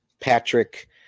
Patrick